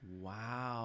Wow